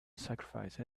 sacrificed